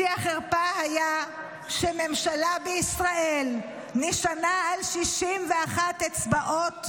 שיא החרפה היה שממשלה בישראל נשענה על 61 אצבעות,